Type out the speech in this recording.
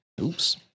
Oops